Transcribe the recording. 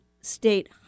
State